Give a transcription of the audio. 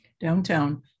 downtown